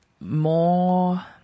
more